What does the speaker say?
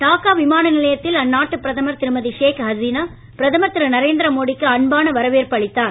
டாக்கா விமான நிலையத்தில் அந்நாட்டு பிரதமர் திருமதி ஷேக் அசினா பிரதமர் திரு நரேந்திர மோடிக்கு அன்பான வரவேற்பு அளித்தார்